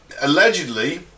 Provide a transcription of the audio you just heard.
allegedly